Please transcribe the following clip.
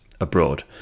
abroad